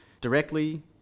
directly